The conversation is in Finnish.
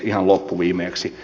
ihan loppuviimeksi